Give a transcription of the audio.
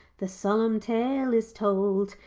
the solemn tale is told,